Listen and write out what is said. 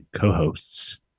co-hosts